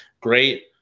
great